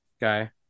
guy